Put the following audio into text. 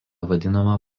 vadinama